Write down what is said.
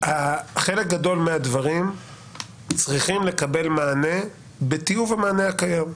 חלק גדול מהדברים צריכים לקבל מענה בטיוב המענה הקיים.